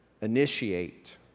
initiate